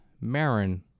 Marin